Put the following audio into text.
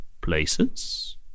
places